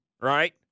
right